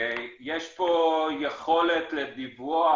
יש פה יכולת לדיווח,